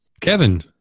Kevin